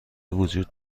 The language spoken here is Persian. وجود